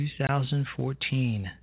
2014